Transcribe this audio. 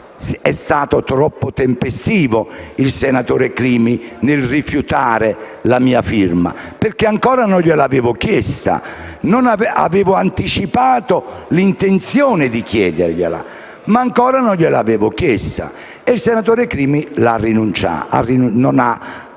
è stato troppo tempestivo il senatore Crimi nel rifiutare la mia firma, perché ancora non glielo avevo chiesto: avevo anticipato l'intenzione di chiederla, ma ancora non l'avevo chiesta. Il senatore Crimi non ha acconsentito.